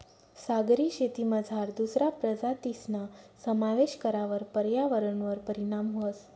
सागरी शेतीमझार दुसरा प्रजातीसना समावेश करावर पर्यावरणवर परीणाम व्हस